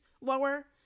lower